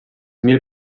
mil